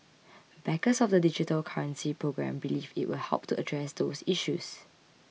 backers of the digital currency programme believe it will help address those issues